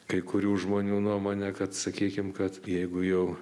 kai kurių žmonių nuomonė kad sakykim kad jeigu jau